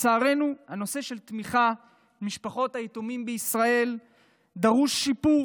לצערנו הנושא של תמיכה במשפחות היתומים בישראל דורש שיפור